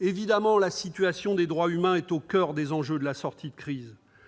Évidemment, la situation des droits humains est au coeur des enjeux de la sortie de crise.